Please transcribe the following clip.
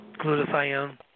glutathione